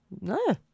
no